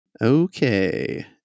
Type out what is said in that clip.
Okay